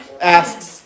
asks